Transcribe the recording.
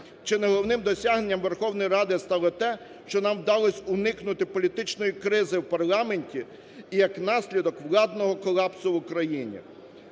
Чи не головним досягненням Верховної Ради стало те, що нам вдалося уникнути політичної кризи в парламенті і як наслідок владного колапсу в Україні.